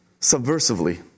subversively